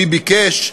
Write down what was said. מי ביקש,